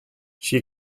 she